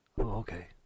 Okay